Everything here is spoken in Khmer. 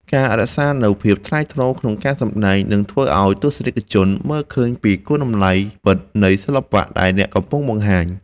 ការរក្សានូវភាពថ្លៃថ្នូរក្នុងការសម្តែងនឹងធ្វើឱ្យទស្សនិកជនមើលឃើញពីគុណតម្លៃពិតនៃសិល្បៈដែលអ្នកកំពុងបង្ហាញ។